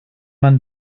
man